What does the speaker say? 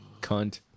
Cunt